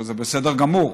שזה בסדר גמור,